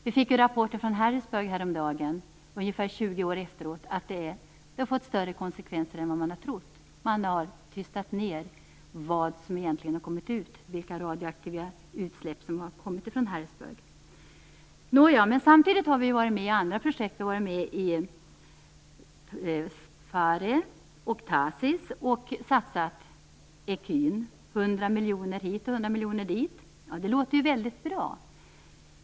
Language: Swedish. Det kom rapporter från Harrisburg häromdagen, ungefär 20 år efter olyckan, som sade att det tillbudet har fått större konsekvenser än man har trott. Det har tystats ned vilka radioaktiva utsläpp som egentligen har kommit ut från Harrisburg. Samtidigt har vi varit med i andra projekt. Vi har varit med i Phare och Tacis och satsat ecu - hundra miljoner hit och hundra miljoner dit - och det låter ju väldigt bra.